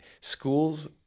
Schools